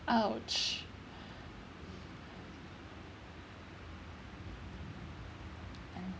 !ouch!